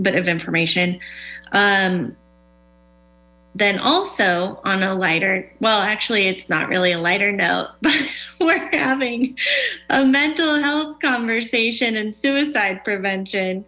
but if information then also on a lighter well actually it's not really a lighter note but we're having a mental health conversation and suicide prevention